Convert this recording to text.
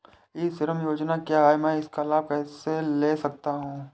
ई श्रम योजना क्या है मैं इसका लाभ कैसे ले सकता हूँ?